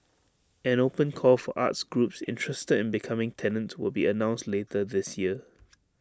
an open call for arts groups interested in becoming tenants will be announced later this year